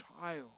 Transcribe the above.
child